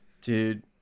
Dude